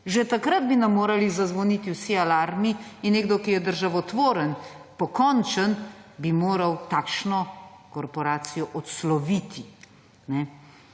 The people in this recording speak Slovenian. Že takrat bi nam morali zazvoniti vsi alarmi. In nekdo, ki je državotvoren, pokončen, bi moral takšno korporacijo odsloviti.